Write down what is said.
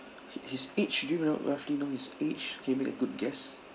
hi~ his age do you know roughly know his age can you make a good guess